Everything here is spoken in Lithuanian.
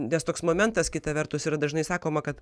nes toks momentas kita vertus yra dažnai sakoma kad